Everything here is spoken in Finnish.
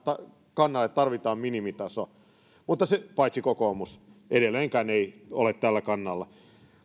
kannalle että tarvitaan minimitaso paitsi kokoomus edelleenkään ei ole tällä kannalla